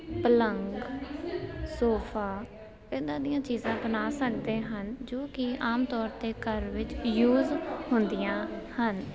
ਪਲੰਘ sofa ਇੱਦਾਂ ਦੀਆਂ ਚੀਜ਼ਾਂ ਬਣਾ ਸਕਦੇ ਹਨ ਜੋ ਕਿ ਆਮ ਤੌਰ 'ਤੇ ਘਰ ਵਿੱਚ ਯੂਜ ਹੁੰਦੀਆਂ ਹਨ